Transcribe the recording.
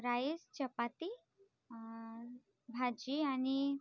rice chapati bhaji आणि